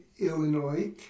Illinois